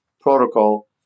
protocol